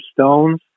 stones